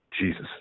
jesus